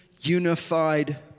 unified